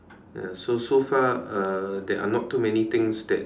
so so far uh there are not too many things that